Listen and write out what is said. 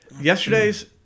yesterday's